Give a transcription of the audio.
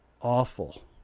awful